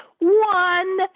one